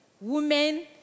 women